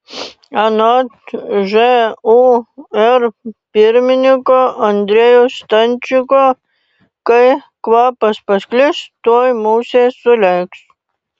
anot žūr pirmininko andriejaus stančiko kai kvapas pasklis tuoj musės sulėks